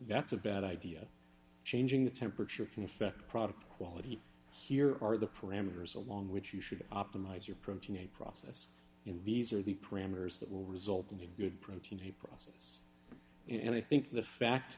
that's a bad idea changing the temperature can affect product quality here are the parameters along which you should optimize your protein a process in these are the parameters that will result in a good protein a process and i think the fact